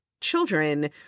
children